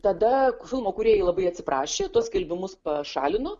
tada filmo kūrėjai labai atsiprašė tuos skelbimus pašalino